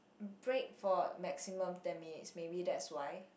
break for maximum ten minutes maybe that's why